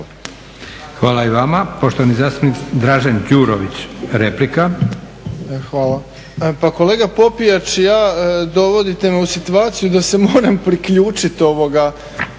Hvala i vama. Poštovani zastupnik Dražen Đurović, replika. **Đurović, Dražen (HDSSB)** Hvala. Pa kolega Popijač, dovodite me u situaciju da se moram priključiti